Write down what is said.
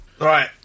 Right